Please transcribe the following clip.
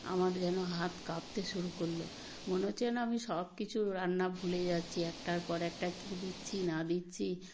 আমার যেন হাত কাঁপতে শুরু করলো মনে হচ্ছে যেন আমি সব কিছু রান্না ভুলে যাচ্ছি একটার পর একটা কি দিচ্ছি না দিচ্ছি